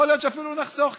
יכול להיות שאפילו נחסוך כסף.